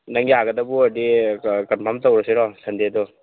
ꯅꯪ ꯌꯥꯒꯗꯕ ꯑꯣꯏꯔꯗꯤ ꯀꯟꯐꯥꯔꯝ ꯇꯧꯔꯁꯤꯔꯣ ꯁꯟꯗꯦꯗꯣ